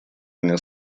дня